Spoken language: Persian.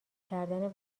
کردن